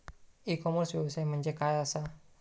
E commerce व्यवसाय म्हणजे काय असा?